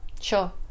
Sure